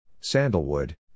sandalwood